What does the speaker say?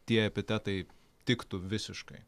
tie epitetai tiktų visiškai